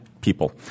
people